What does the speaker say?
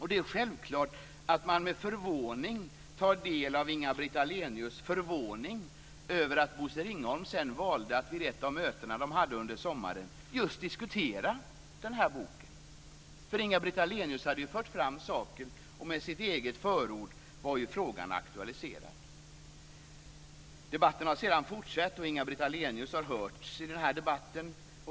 Det är självklart att man med förvåning tar del av Inga-Britt Ahlenius förvåning över att Bosse Ringholm sedan valde att vid ett av de möten som de hade under sommaren diskutera just den här boken. Inga Britt Ahlenius hade ju fört fram saken, och med sitt eget förord aktualiserat frågan. Debatten har sedan fortsatt, och Inga-Britt Ahlenius har hörts i den.